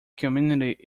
community